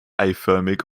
eiförmig